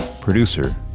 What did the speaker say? producer